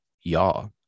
y'all